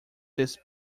this